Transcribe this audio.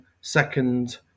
second